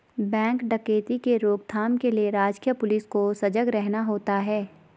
bank डकैती के रोक थाम के लिए राजकीय पुलिस को सजग रहना होता है